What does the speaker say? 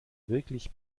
wirklich